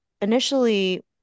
initially